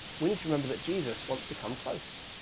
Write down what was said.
we need to remember that jesus wants to come close.